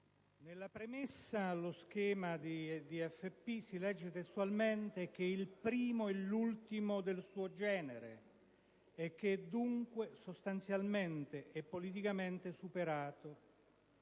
nella premessa allo schema di DFP si legge testualmente che tale documento è «il primo e l'ultimo del suo genere» e che dunque, sostanzialmente, è politicamente superato.